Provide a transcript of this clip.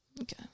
Okay